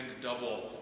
double